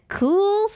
cool